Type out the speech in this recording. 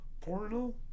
porno